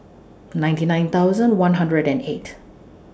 ninety nine thousand one hundred and eight